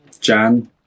Jan